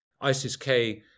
ISIS-K